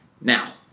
now